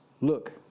Look